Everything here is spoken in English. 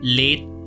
late